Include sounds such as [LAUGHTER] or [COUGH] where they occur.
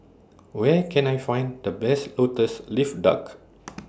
Where Can I Find The Best Lotus Leaf Duck [NOISE]